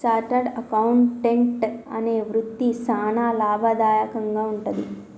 chartered accountant అనే వృత్తి సానా లాభదాయకంగా వుంటది